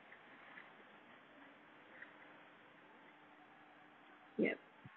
yup